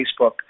Facebook